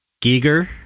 Giger